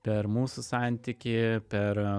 per mūsų santykį per